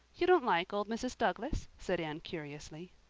you don't like old mrs. douglas? said anne curiously.